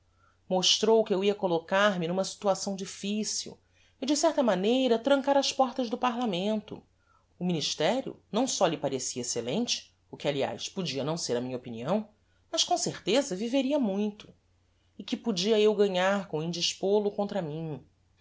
mostrou que eu ia collocar me n'uma situação difficil e de certa maneira trancar as portas do parlamento o ministerio não só lhe parecia excellente o que aliás podia não ser a minha opinião mas com certeza viveria muito e que podia eu ganhar com indispol o contra mim